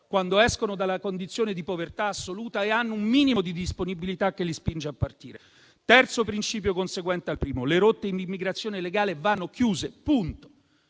quando escono dalla condizione di povertà assoluta e hanno un minimo di disponibilità che li spinge a partire. Il terzo principio è conseguente al primo: le rotte di immigrazione illegale vanno chiuse e